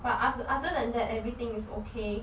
but oth~ other than that everything is okay